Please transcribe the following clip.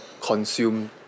consume